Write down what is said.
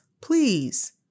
please